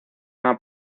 una